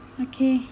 okay